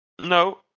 No